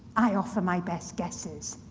i offer my best guesses.